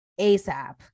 ASAP